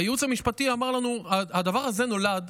הייעוץ המשפטי אמר לנו שהדבר הזה נולד